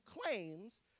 claims